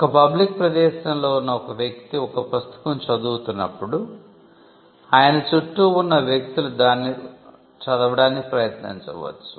ఒక పబ్లిక్ ప్రదేశంలో ఉన్న ఒక వ్యక్తి ఒక పుస్తకం చదువుతున్నప్పుడు ఆయన చుట్టూ వున్న వ్యక్తులు కూడా దాన్ని చదవటానికి ప్రయత్నించవచ్చు